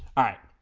all right